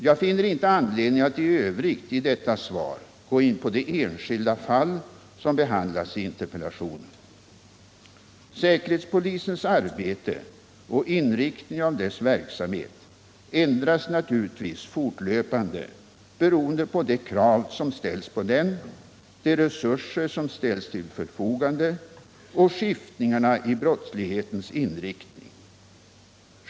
Jag finner inte anledning att i övrigt i detta svar gå in på de enskilda fall som behandlats i interpellationen. Säkerhetspolisens arbete och inriktningen av dess verksamhet ändras naturligtvis fortlöpande beroende på de krav som ställs på den, de resurser som ställs till förfogande och skiftningar i brottslighetens inriktning.